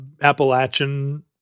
Appalachian